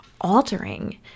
altering